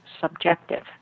subjective